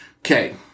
Okay